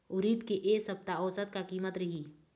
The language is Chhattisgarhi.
उरीद के ए सप्ता औसत का कीमत रिही?